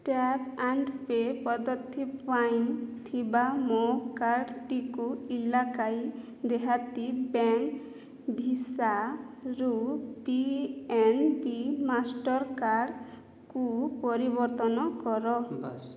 tap and pay ପଦ୍ଧତି ପାଇଁ ଥିବା ମୋର କାର୍ଡ଼ଟିକୁ ଇଲାକାଈ ଦେହାତୀ ବ୍ୟାଙ୍କ ଭିସାରୁ ପି ଏନ୍ ବି ମାଷ୍ଟର୍କାର୍ଡ଼କୁ ପରିବର୍ତ୍ତନ କର